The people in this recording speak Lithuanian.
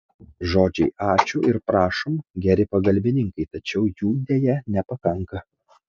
žodžiai ačiū ir prašom geri pagalbininkai tačiau jų deja nepakanka